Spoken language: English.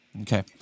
Okay